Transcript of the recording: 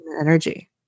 energy